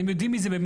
אתם יודעים מי זה.